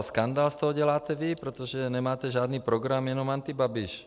Skandál z toho děláte vy, protože nemáte žádný program, jenom antibabiš.